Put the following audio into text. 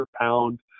pound